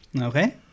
Okay